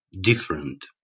different